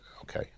okay